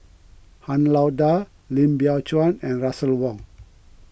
Han Lao Da Lim Biow Chuan and Russel Wong